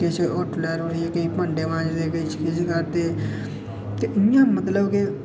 किश होटलै र होंदे किश भांडे मांजदे किश किश करदे ते इं'या मतलब केह्